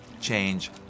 change